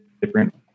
different